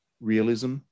realism